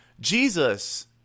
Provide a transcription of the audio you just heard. Jesus